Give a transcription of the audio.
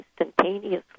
instantaneously